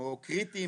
קריטיים,